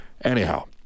Anyhow